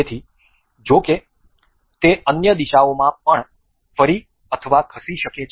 તેથી જો કે તે અન્ય દિશાઓમાં પણ ફરી અથવા ખસી શકે છે